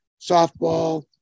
softball